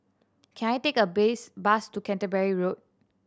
can I take a base bus to Canterbury Road